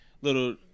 little